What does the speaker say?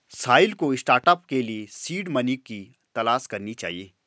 साहिल को स्टार्टअप के लिए सीड मनी की तलाश करनी चाहिए